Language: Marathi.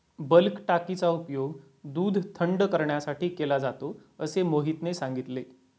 बल्क टाकीचा उपयोग दूध थंड करण्यासाठी केला जातो असे मोहितने सांगितले